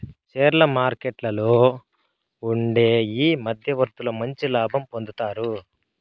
షేర్ల మార్కెట్లలో ఉండే ఈ మధ్యవర్తులు మంచి లాభం పొందుతారు